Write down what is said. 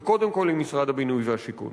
וקודם כול עם משרד הבינוי והשיכון.